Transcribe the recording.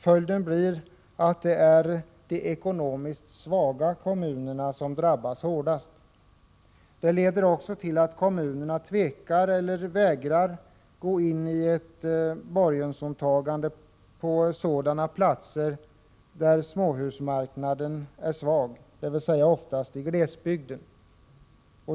Följden blir att det är de ekonomiskt svaga kommunerna som drabbas hårdast. Det leder också till att kommunerna tvekar eller vägrar att gå in i ett borgensåtagande på sådana platser där småhusmarknaden är svag, dvs. oftast i glesbygden.